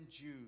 Jews